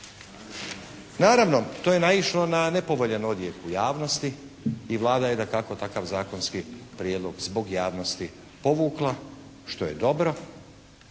Naravno, to je naišlo na nepovoljan odjek u javnosti i Vlada je dakako takav zakonski prijedlog zbog javnosti povukla što je dobro,